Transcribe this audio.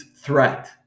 threat